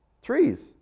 Trees